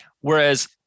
whereas